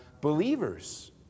believers